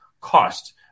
cost